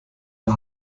der